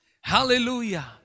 Hallelujah